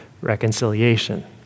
reconciliation